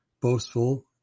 boastful